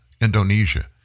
Indonesia